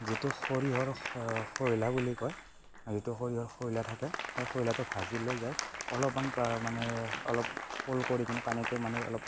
যিটো সৰিয়হৰ খৈলা বুলি কয় যিটো সৰিয়হৰ খৈলা থাকে সেই খৈলাটো ভাজি লৈ যায় অলপমান মানে অলপ সৰু কৰি কেনে পানীটো মানে অলপ